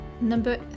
number